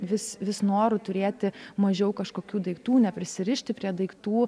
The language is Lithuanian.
vis vis noru turėti mažiau kažkokių daiktų neprisirišti prie daiktų